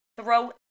throw